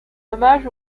hommage